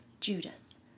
Judas